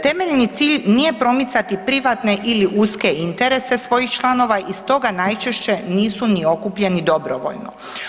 Temeljni cilj nije promicati privatne ili uske interese svojih članova i stoga najčešće nisu ni okupljeni dobrovoljno.